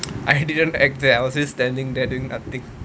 I didn't act there I was just standing there doing nothing